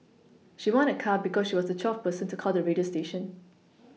she won a car because she was the twelfth person to call the radio station